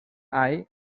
all